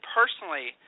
personally